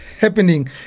happening